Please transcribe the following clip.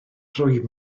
rwy